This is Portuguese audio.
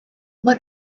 uma